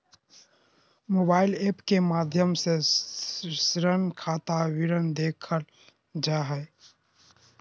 mobile app के माध्यम से ऋण खाता विवरण देखल जा हय